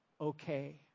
okay